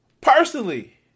personally